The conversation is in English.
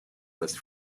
this